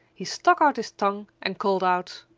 he stuck out his tongue and called out,